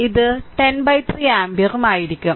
ഇത് 103 ആമ്പിയർ ആയിരിക്കും